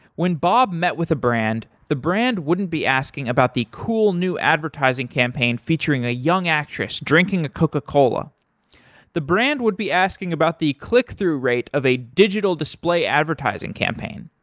when bob met with the brand, the brand wouldn't be asking about the cool new advertising campaign featuring a young actress drinking a coca-cola. the brand would be asking about the click through rate of a digital display advertising campaign.